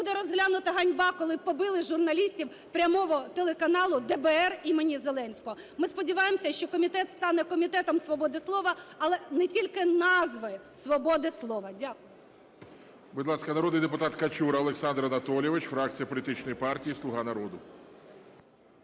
буде розглянута ганьба, коли побили журналістів "Прямого" телеканалу ДБР імені Зеленського. Ми сподіваємося, що комітет стане Комітетом свободи слова, але не тільки назви "свободи слова". Дякую.